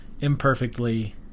imperfectly